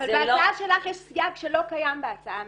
אבל בהצעה שלך יש סייג שלא קיים בהצעה הממשלתית,